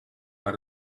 per